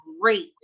great